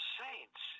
saints